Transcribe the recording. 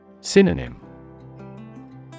Synonym